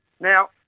Now